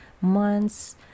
months